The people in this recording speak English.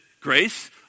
grace